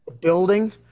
building